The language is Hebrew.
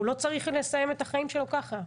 הוא לא צריך לסיים את החיים שלו ככה.